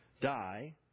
die